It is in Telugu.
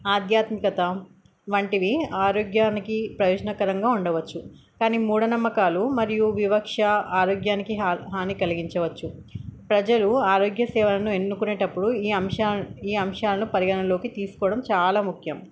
ఆధ్యాత్మికత వంటివి ఆరోగ్యానికి ప్రయోజనకరంగా ఉండవచ్చు కానీ మూఢనమ్మకాలు మరియు వివక్ష ఆరోగ్యానికి హా హాని కలిగించవచ్చు ప్రజలు ఆరోగ్య సేవలను ఎన్నుకునేటప్పుడు ఈ అంశ ఈ అంశాలను పరిగణలోకి తీసుకోవడం చాలా ముఖ్యం